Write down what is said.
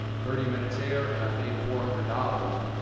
thirty minutes here, and i've made four hundred dollars.